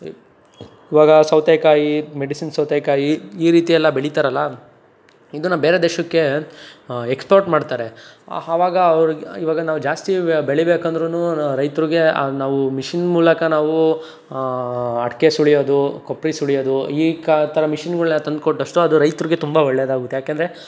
ಇವಾಗ ಸೌತೆಕಾಯಿ ಮೆಡಿಸಿನ್ ಸೌತೆಕಾಯಿ ಈ ರೀತಿ ಎಲ್ಲ ಬೆಳಿತಾರಲ್ಲ ಇದನ್ನ ಬೇರೆ ದೇಶಕ್ಕೆ ಎಕ್ಸ್ಪೋರ್ಟ್ ಮಾಡ್ತಾರೆ ಆವಾಗ ಅವ್ರು ಇವಾಗ ನಾವು ಜಾಸ್ತಿ ಬೆಳಿಬೇಕಂದ್ರು ರೈತ್ರಿಗೆ ನಾವು ಮಿಷಿನ್ ಮೂಲಕ ನಾವು ಅಡಿಕೆ ಸುಲಿಯೋದು ಕೊಬ್ರಿ ಸುಲಿಯೋದು ಈ ಕಾ ಥರ ಮಿಷಿನ್ಗಳ್ನೆಲ್ಲ ತಂದುಕೊಂಡಷ್ಟು ಅದು ರೈತ್ರಿಗೆ ತುಂಬ ಒಳ್ಳೆಯದಾಗುತ್ತೆ ಯಾಕೆಂದರೆ